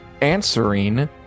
answering